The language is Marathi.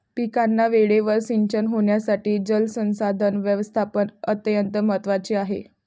पिकांना वेळेवर सिंचन होण्यासाठी जलसंसाधन व्यवस्थापन अत्यंत महत्त्वाचे आहे